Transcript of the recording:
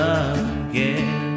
again